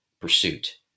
pursuit